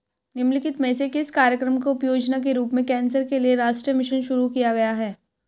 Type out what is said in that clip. निम्नलिखित में से किस कार्यक्रम को उपयोजना के रूप में कैंसर के लिए राष्ट्रीय मिशन शुरू किया गया है?